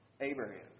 Abraham